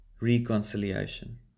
reconciliation